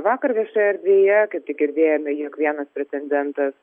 vakar viešoje erdvėje kaip tik girdėjome jog vienas pretendentas